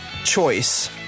choice